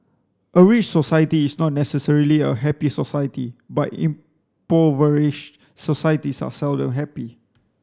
a rich society is not necessarily a happy society but impoverished societies are seldom happy